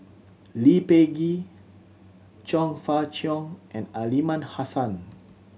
Lee Peh Gee Chong Fah Cheong and Aliman Hassan